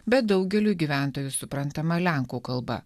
bet daugeliui gyventojų suprantama lenkų kalba